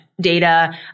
data